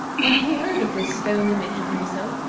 when he heard of this stone image of himself,